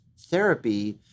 therapy